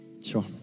Sure